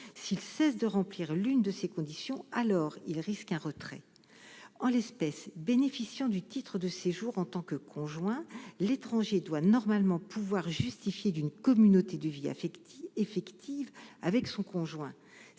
s'ils cessent de remplir l'une de ces conditions alors il risque un retrait en l'espèce, bénéficiant du titre de séjour en tant que conjoint l'étranger doit normalement pouvoir justifier d'une communauté de vie affective effective avec son conjoint,